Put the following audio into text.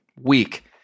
week